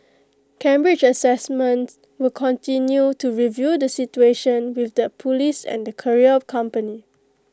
Cambridge Assessment will continue to review the situation with the Police and the courier company